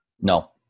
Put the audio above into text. No